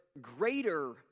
greater